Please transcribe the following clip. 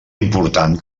important